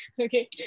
Okay